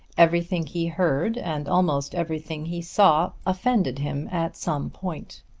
everything he heard and almost everything he saw offended him at some point.